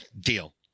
deal